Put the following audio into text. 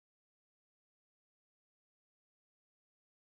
then in the end I get my bendemeer than raffles girls'